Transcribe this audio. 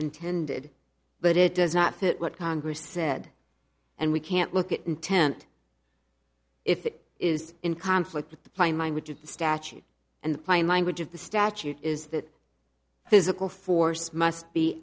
intended but it does not fit what congress said and we can't look at intent if it is in conflict with the plain language of the statute and the plain language of the statute is that physical force must be